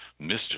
Mr